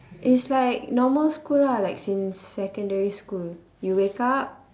it's like normal school lah like since secondary school you wake up